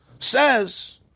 says